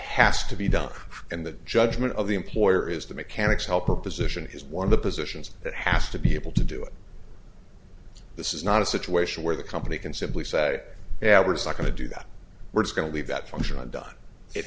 has to be done and the judgment of the employer is the mechanics helper position is one of the positions that has to be able to do it this is not a situation where the company can simply say yeah we're just going to do that we're going to leave that function undone it